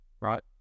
right